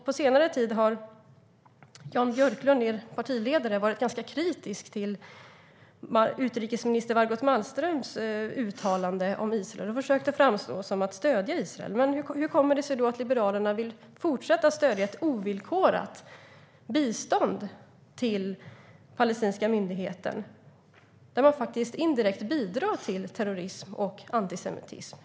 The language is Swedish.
På senare tid har Jan Björklund, er partiledare, varit ganska kritisk till utrikesminister Margot Wallströms uttalanden om Israel och försökt framstå som att stödja Israel. Men hur kommer det sig då att Liberalerna vill fortsätta stödja ett ovillkorat bistånd till den palestinska myndigheten, där man faktiskt indirekt bidrar till terrorism och antisemitism?